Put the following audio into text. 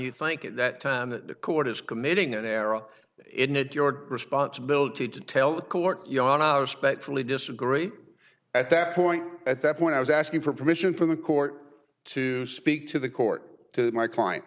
you think at that time that the court is committing an arrow in it your responsibility to tell the court you are now respectfully disagree at that point at that point i was asking for permission from the court to speak to the court to my client